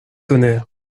tonnerre